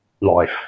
life